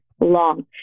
long